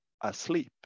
asleep